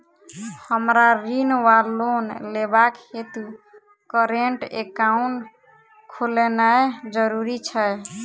हमरा ऋण वा लोन लेबाक हेतु करेन्ट एकाउंट खोलेनैय जरूरी छै?